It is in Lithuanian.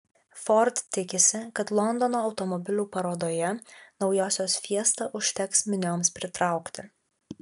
ford tikisi kad londono automobilių parodoje naujosios fiesta užteks minioms pritraukti